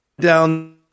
down